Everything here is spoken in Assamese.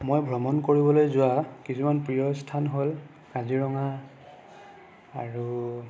মই ভ্ৰমণ কৰিবলৈ যোৱা কিছুমান প্ৰিয় স্থান হ'ল কাজিৰঙা আৰু